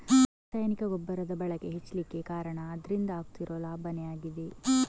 ರಾಸಾಯನಿಕ ಗೊಬ್ಬರದ ಬಳಕೆ ಹೆಚ್ಲಿಕ್ಕೆ ಕಾರಣ ಅದ್ರಿಂದ ಆಗ್ತಿರೋ ಲಾಭಾನೇ ಆಗಿದೆ